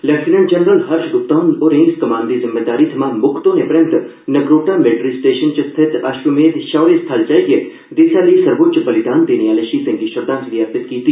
lieutenant general Harsh Gupta होरें इस कमान दी जिम्मेदारी थमां मुक्त होने परैन्त नगरोटा मिल्टरी स्टेशन च स्थित अष्वमेध शौर्य स्थल जाइयै देसै लेई सर्वोच्च बलिदान देने आह्ले शहीदें गी श्रद्धांजलि अर्पित कीती